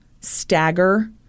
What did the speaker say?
stagger